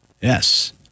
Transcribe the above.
Yes